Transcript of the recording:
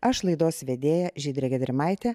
aš laidos vedėja žydrė gedrimaitė